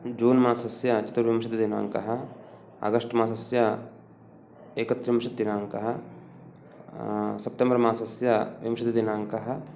जून् मासस्य चतुर्विंशतिदिनाङ्कः आगस्ट् मासस्य एकत्रिंशत्दिनाङ्कः सेप्टेम्बर् मासस्य विंशतिदिनाङ्कः